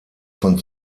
von